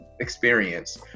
experience